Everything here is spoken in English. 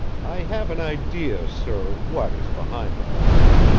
i have an idea, sir, what is behind all this.